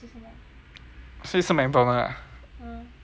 所以吃 Mcdonald 啊